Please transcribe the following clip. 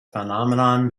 phenomenon